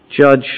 judge